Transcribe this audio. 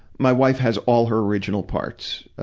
my wife has all her original parts.